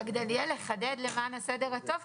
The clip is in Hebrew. רק דניאל, לחדד למען הסדר הטוב.